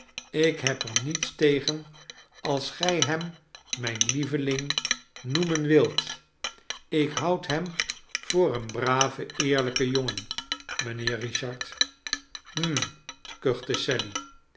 ik heb er niets tegen als gij hem mijn lieveling noemen wilt ik houd hem voor een braven eerlijken jongen mijnheer richard hm kuchte sally